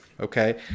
okay